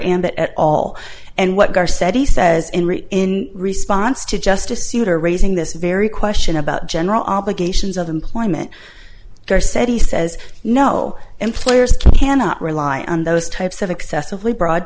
and that at all and what are said he says in read in response to justice souter raising this very question about general obligations of employment or said he says no employers cannot rely on those types of excessively broad